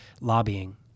lobbying